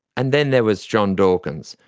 and then there was john dawkins,